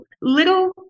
little